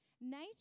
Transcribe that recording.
Nature